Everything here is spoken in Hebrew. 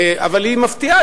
אבל היא מפתיעה.